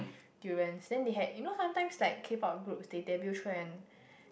durians then they had you know sometimes likes k-pop groups they debut through an